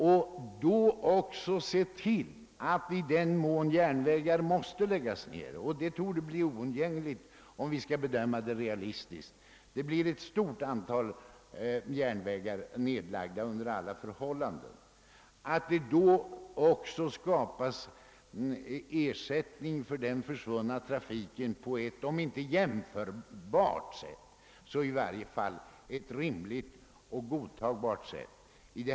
Vi bör då också se till att i den mån järnvägar måste läggas ned — vilket torde bli oundgängligt i fråga om ett stort antal om man bedömer situationen realistiskt — det då också skapas ersättning för den försvunna trafiken på ett om inte jämförbart så i varje fall rimligt och godtagbart sätt.